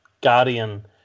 guardian